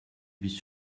bis